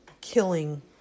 killing